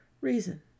reason